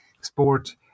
sport